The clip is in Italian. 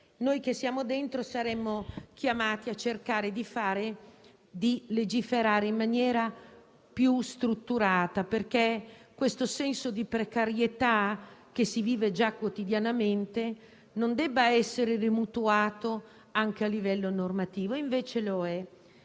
noi che siamo dentro saremo chiamati a cercare di legiferare in maniera più strutturata, perché il senso di precarietà che si vive già quotidianamente non debba essere mutuato anche a livello normativo. E invece lo è.